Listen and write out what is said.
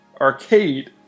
arcade